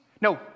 No